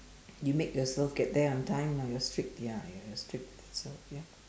you make yourself get there on time ah you're strict ya ya you're strict to yourself ya